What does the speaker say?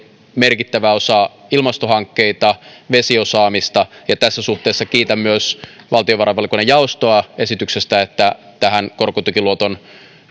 merkittävä osa ilmastohankkeita vesiosaamista ja tässä suhteessa kiitän myös valtiovarainvaliokunnan jaostoa esityksestä että korkotukiluoton